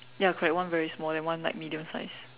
ya correct one very small then one like medium sized